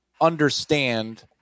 understand